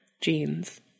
jeans